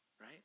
right